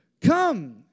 Come